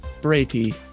Brady